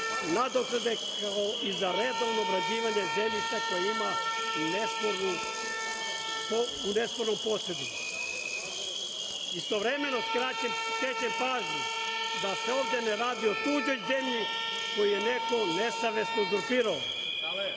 nadoknade, kao i za redovno obrađivanje zemljišta koje ima u nespornom posedu. Istovremeno skrećem pažnju da se ovde ne radi o tuđoj zemlji, koju je neko nesavesno uzurpirao,